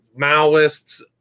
Maoists